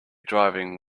driving